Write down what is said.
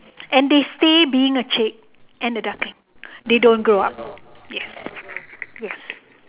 and they stay being a chick and a duckling they don't grow up yes yes